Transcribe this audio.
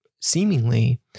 seemingly